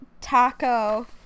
Taco